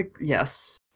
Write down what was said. yes